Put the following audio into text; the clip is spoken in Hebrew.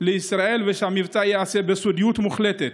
לישראל ושהמבצע ייעשה בסודיות מוחלטת,